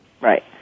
Right